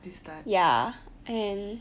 this type